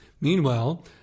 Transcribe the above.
Meanwhile